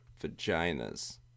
vaginas